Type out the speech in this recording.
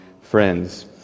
Friends